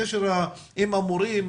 הקשר עם המורים,